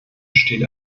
steht